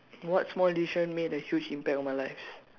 what's small decision made a huge impact on my lives